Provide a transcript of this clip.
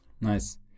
Nice